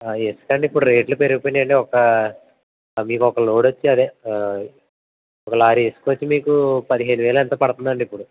ఎందుకంటే అండి ఇప్పుడు రేట్లు పెరిగిపోయినాయండి ఒక మీకు ఒక లోడ్ వచ్చి అదే ఒక లారీ ఇసుక వచ్చి మీకు పదిహేను వేలు ఎంతో పడుతుందండి ఇప్పుడు